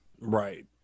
right